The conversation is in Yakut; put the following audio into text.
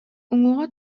уҥуоҕа